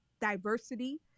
diversity